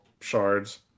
shards